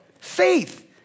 faith